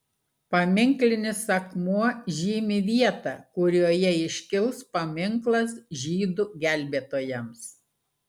paminklinis akmuo žymi vietą kurioje iškils paminklas žydų gelbėtojams